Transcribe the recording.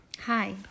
Hi